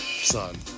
son